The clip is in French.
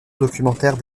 documentaire